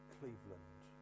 Cleveland